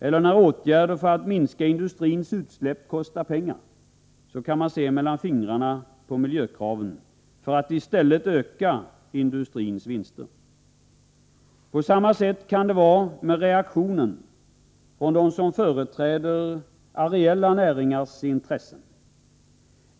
Eller när åtgärder för att minska industrins utsläpp kostar pengar, kan man se mellan fingrarna på miljökraven för att i stället öka industrins vinster. På samma sätt kan det vara med reaktionen från dem som företräder de areella näringarnas intressen.